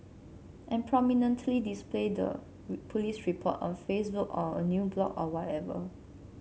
and prominently display the police report on Facebook or a new blog or wherever